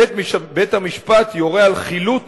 בית-המשפט יורה על חילוט